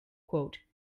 cute